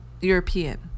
European